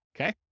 Okay